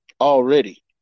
already